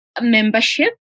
membership